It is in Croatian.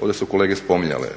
Ovdje su kolege spominjale